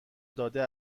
داده